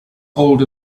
old